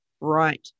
right